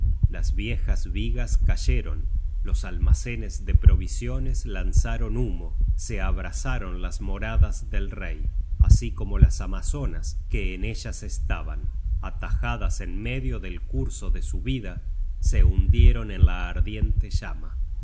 las viejas vigas cayeron los almacenes de provisiones lanzaron humo se abrasaron las moradas del rey así como las amazonas que en ellas estaban atajadas en medio del curso de su vida se hundieron en la ardiente llama